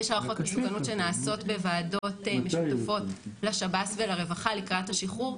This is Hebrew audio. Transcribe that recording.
יש הערכות מסוכנות שנעשות בוועדות משותפות לשב"ס ולרווחה לקראת השחרור,